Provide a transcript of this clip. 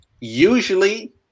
usually